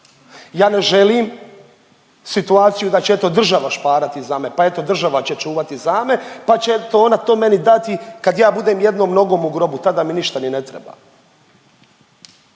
Ja ne želim situaciju da će eto država šparati za mene, pa eto država će čuvati za me pa će ona to meni dati kad ja budem jednom nogom u grobu, tada mi ništa ni ne treba.